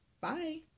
Bye